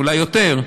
אולי יותר: